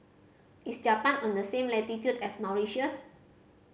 is Japan on the same latitude as Mauritius